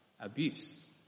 abuse